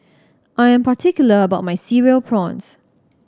I am particular about my Cereal Prawns